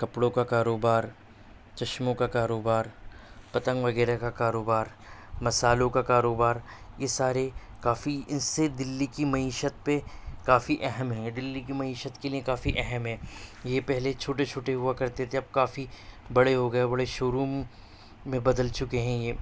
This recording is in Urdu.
کپڑوں کا کاروبار چشموں کا کاروبار پتنگ وغیرہ کا کاروبار مسالو کا کاروبار اس سارے کافی ان سے دلی کی معیشت پہ کافی اہم ہیں یہ دلی کی معیشت کے لیے کافی اہم ہیں یہ پہلے چھوٹے چھوٹے ہوا کرتے تھے اب کافی بڑے ہو گئے بڑے شو روم میں بدل چکے ہیں یہ